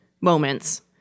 moments